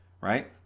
right